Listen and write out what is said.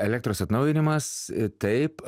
elektros atnaujinimas taip